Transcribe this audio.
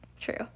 true